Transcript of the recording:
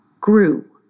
grew